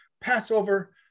Passover